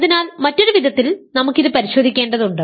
അതിനാൽ മറ്റൊരു വിധത്തിൽ നമുക്കിത് പരിശോധിക്കേണ്ടതുണ്ട്